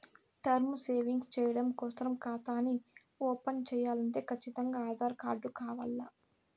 term savings చెయ్యడం కోసరం కాతాని ఓపన్ చేయాలంటే కచ్చితంగా ఆధార్ కార్డు కావాల్ల